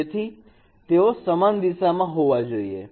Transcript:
તેથી તેઓ સમાન દિશામાં હોવા જોઈએ